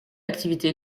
activité